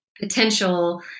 potential